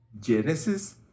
genesis